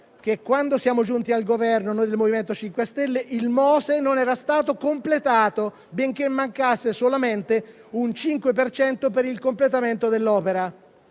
che, quando siamo giunti al Governo noi del MoVimento 5 Stelle, il Mose non era stato completato, benché mancasse solamente un 5 per cento per il completamento dell'opera.